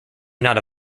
not